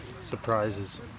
Surprises